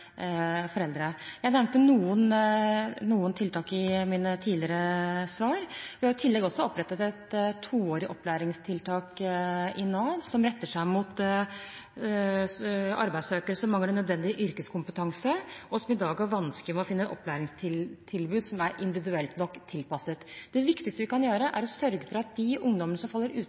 foreldre. Jeg nevnte noen tiltak i mine tidligere svar. Vi har i tillegg også opprettet et toårig opplæringstiltak i Nav som retter seg mot arbeidssøkere som mangler nødvendig yrkeskompetanse, og som i dag har vanskeligheter med å finne opplæringstilbud som er nok individuelt tilpasset. Det viktigste vi kan gjøre, er å sørge for at de ungdommene som faller